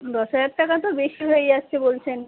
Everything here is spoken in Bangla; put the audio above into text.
দশ হাজার টাকা তো বেশি হয়ে যাচ্ছে বলছেন